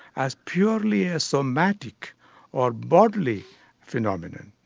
as purely a somatic or bodily phenomenon.